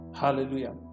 Hallelujah